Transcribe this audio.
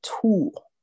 tool